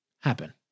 happen